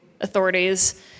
authorities